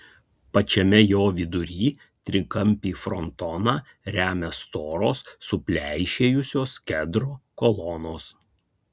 pačiame jo vidury trikampį frontoną remia storos supleišėjusios kedro kolonos